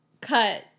Cut